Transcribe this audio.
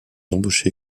embauché